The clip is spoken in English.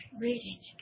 reading